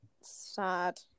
Sad